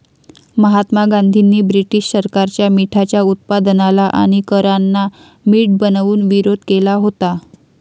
महात्मा गांधींनी ब्रिटीश सरकारच्या मिठाच्या उत्पादनाला आणि करांना मीठ बनवून विरोध केला होता